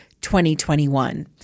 2021